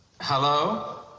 Hello